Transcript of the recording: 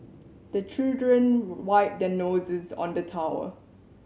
the children wipe their noses on the towel